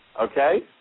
Okay